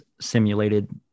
simulated